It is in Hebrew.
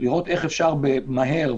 לראות איך אפשר מהר,